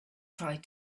tried